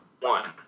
one